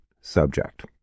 subject